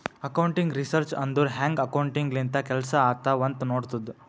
accounting research ಅಂದುರ್ ಹ್ಯಾಂಗ್ accounting ಲಿಂತ ಕೆಲ್ಸಾ ಆತ್ತಾವ್ ಅಂತ್ ನೋಡ್ತುದ್